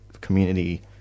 community